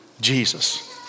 Jesus